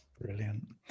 Brilliant